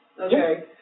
Okay